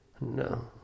No